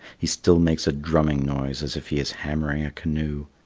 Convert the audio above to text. he still makes a drumming noise as if he is hammering a canoe,